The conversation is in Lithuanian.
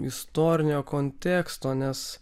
istorinio konteksto nes